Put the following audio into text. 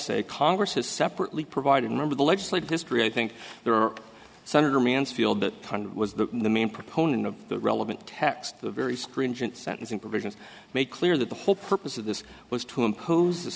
say congress has separately provided member the legislative history i think there are senator mansfield that was the main proponent of the relevant text the very stringent sentencing provisions make clear that the whole purpose of this was to impose